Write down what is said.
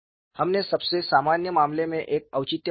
हमने सबसे सामान्य मामले में एक औचित्य प्रदान किया